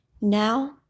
Now